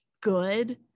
good